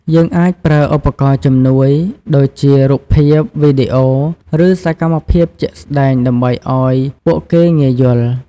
យើងអាចប្រើឧបករណ៍ជំនួយដូចជា រូបភាព វីដេអូ ឬសកម្មភាពជាក់ស្តែងដើម្បីឱ្យពួកគេងាយយល់។